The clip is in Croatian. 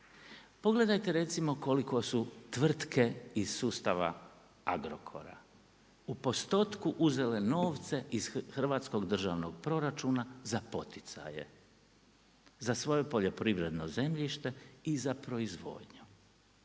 Pogledajte, recimo, koliko su tvrtke iz sustava Agrokora u postotku uzele novce iz hrvatskog državnog proračuna za poticaje. Za svoje poljoprivredno zemljište i za proizvodnju.